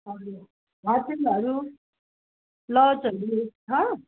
हजुर होटेलहरू लजहरू छ